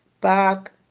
Back